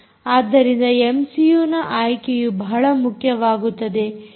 ಆದ್ದರಿಂದ ಎಮ್ಸಿಯೂ ನ ಆಯ್ಕೆಯು ಬಹಳ ಮುಖ್ಯವಾಗುತ್ತದೆ